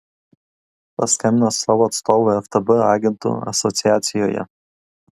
paskambino savo atstovui ftb agentų asociacijoje